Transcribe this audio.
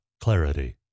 clarity